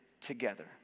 together